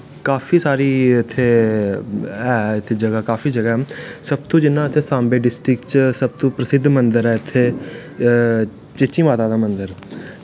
काफी सारी इत्थै ऐ इत्थै जगह काफी जगह ऐ सब तूं जियां के सांबे डिस्टिक च सब तूं प्रसिध्द मन्दर ऐ इत्थै चीची माता दा मन्दर